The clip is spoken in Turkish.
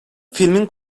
filmin